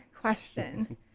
question